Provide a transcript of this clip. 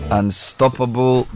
Unstoppable